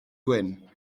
gwyn